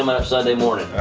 um um sunday morning.